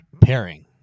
pairing